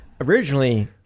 originally